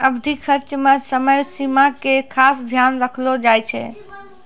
अवधि कर्ज मे समय सीमा के खास ध्यान रखलो जाय छै